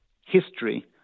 history